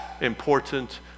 important